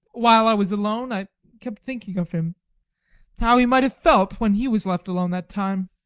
while i was alone, i kept thinking of him how he might have felt when he was left alone that time.